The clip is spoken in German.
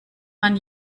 man